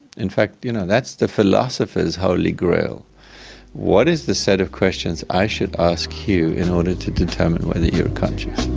in fact you know that's the philosopher's holy grail what is the set of questions i should ask you in order to determine whether you are conscious?